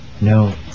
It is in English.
No